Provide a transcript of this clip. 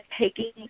taking